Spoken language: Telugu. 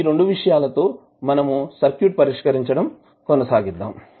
ఈ రెండు విషయాల తో మనము సర్క్యూట్ ని పరిష్కారించడం కొనసాగిద్దాం